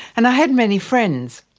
and i had many friends,